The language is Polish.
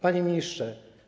Panie Ministrze!